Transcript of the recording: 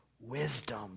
wisdom